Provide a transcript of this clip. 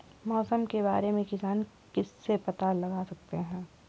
मौसम के बारे में किसान किससे पता लगा सकते हैं?